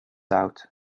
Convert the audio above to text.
out